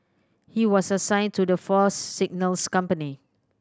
he was assigned to the Force's Signals company